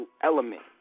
element